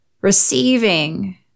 receiving